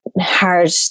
hard